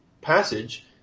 passage